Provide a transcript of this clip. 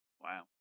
Wow